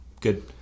good